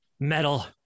Metal